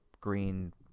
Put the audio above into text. green